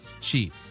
cheap